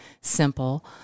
simple